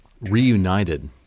reunited